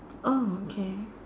oh okay